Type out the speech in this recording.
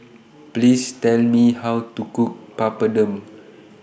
Please Tell Me How to Cook Papadum